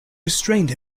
restrained